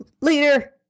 leader